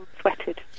Sweated